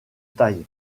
taille